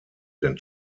den